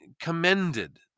commended